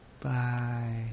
Bye